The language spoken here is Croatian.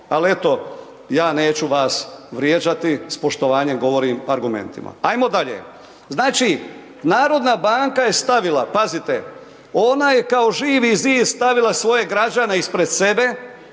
ali eto ja neću vas vrijeđati s poštovanjem govorim argumentima. Ajmo dalje, znači narodna banka je stavila pazite ona je kao živi zid stavila svoje građane ispred sebe